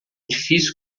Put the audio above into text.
difícil